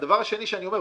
הדבר השני שאני אומר,